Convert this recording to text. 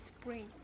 Spring